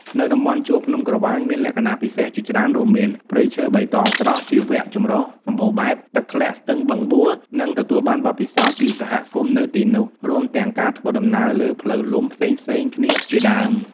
នៅតំបន់ជួរភ្នំក្រវាញមានលក្ខណៈពិសេសជាច្រើនរួមមាន ព្រៃឈើបៃតងស្រស់ ជីវៈចម្រុះសម្បូរបែប ទឹកធ្លាក់ ស្ទឹងបឹងបួរ និងទទួលបានបទពិសោធន៍ពីសហគមន៍នៅទីនោះ រួមទាំងការធ្វើដំណើរលើផ្លូវលំផ្សេងៗគ្នាជាដើម។